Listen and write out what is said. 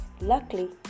Luckily